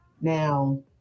Now